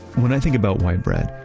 when i think about white bread,